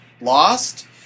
lost